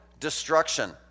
destruction